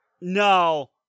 No